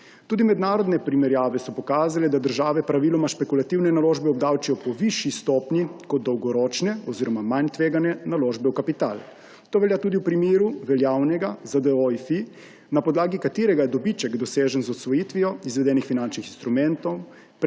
Tudi mednarodne primerjave so pokazale, da države praviloma špekulativne naložbe obdavčijo po višji stopnji kot dolgoročne oziroma manj tvegane naložbe v kapital. To velja tudi v primeru veljavnega ZDDOIFI, na podlagi katerega je dobiček, dosežen z odsvojitvijo izvedenih finančnih instrumentov,